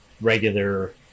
regular